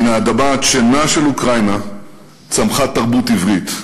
מן האדמה הדשנה של אוקראינה צמחה תרבות עברית: